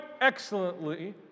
excellently